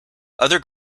other